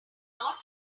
not